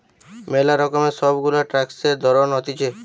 ম্যালা রকমের সব গুলা ট্যাক্সের ধরণ হতিছে